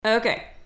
Okay